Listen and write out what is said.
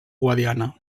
guadiana